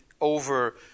over